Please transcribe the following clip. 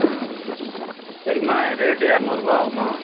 ம் சரிங்கம்மா ரேட்டு எரநூறுபா ஆகும்மா